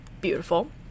Beautiful